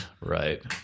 Right